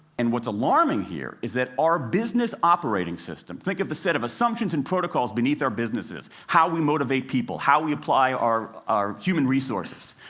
and what's alarming here is that our business operating system think of the set of assumptions and protocols beneath our businesses, how we motivate people, how we apply our our human resources